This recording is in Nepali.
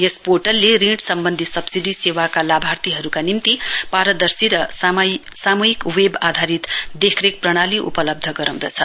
यस पोर्टलले ऋण सम्बन्धी सव्सिडी सेवाका लाभार्थीहरूका निम्ति पारदर्शी र सामयिक वेब आधारित देखरेख प्रणाली उपलब्ध गराउँदछ